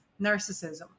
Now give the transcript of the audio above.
narcissism